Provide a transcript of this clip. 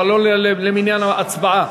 אבל לא למניין ההצבעה.